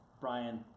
Brian